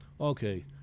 okay